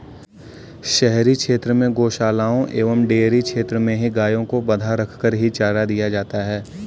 शहरी क्षेत्र में गोशालाओं एवं डेयरी क्षेत्र में ही गायों को बँधा रखकर ही चारा दिया जाता है